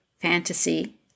fantasy